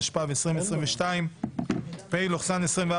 התשפ"ב-2022 (פ/4037/24),